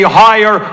higher